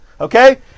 okay